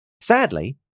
sadly